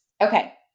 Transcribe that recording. Okay